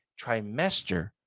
trimester